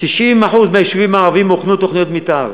ל-90% מהיישובים הערביים הוכנו תוכניות מתאר.